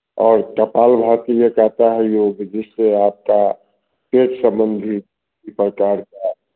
और कपालभाति एक आता है योग जिससे आपका पेट संबंधी किसी प्रकार का